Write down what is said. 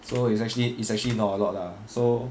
so it's actually it's actually not a lot lah so